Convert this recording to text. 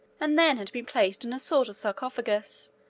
and then had been placed in a sort of sarcophagus,